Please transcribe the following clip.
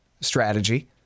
strategy